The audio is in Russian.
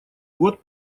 год